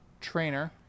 Trainer